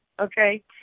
okay